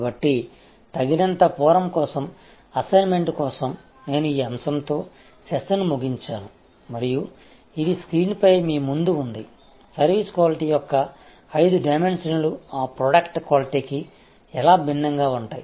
కాబట్టి తగినంత ఫోరమ్ల కోసం అసైన్మెంట్ కోసం నేను ఈ అంశంతో సెషన్ను ముగించాను మరియు ఇది స్క్రీన్ పై మీ ముందు ఉంది సర్వీస్ క్వాలిటీ యొక్క ఐదు డైమెన్షన్లు ఆ ప్రొడక్ట్ క్వాలిటీకి ఎలా భిన్నంగా ఉంటాయి